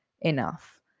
enough